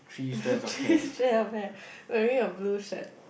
three strand of hair wearing a blue shirt